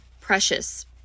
precious